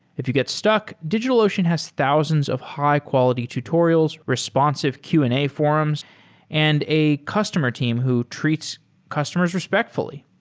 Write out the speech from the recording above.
if you get stuck, digitalocean has thousands of high-quality tutorials, responsive q and a forums and a customer team who treats customers respectfully.